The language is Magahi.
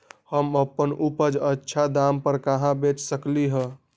हम अपन उपज अच्छा दाम पर कहाँ बेच सकीले ह?